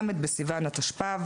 ל' בסיוון התשפ"ב.